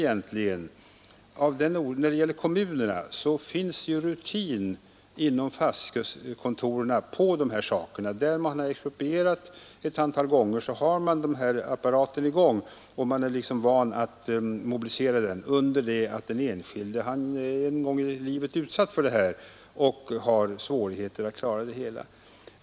Kommunerna har ju inom fastighetskontoren rutin i fråga om de här sakerna. Har man exproprierat ett antal gånger har man skaffat sig en apparat som man lätt kan mobilisera, under det att den enskilde markägaren i regel är utsatt för detta endast en gång i livet och har svårare att klara sig.